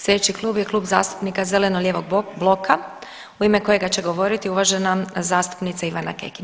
Sljedeći klub je Klub zastupnika zeleno-lijevog bloka u ime kojega će govoriti uvažena zastupnica Ivana Kekin.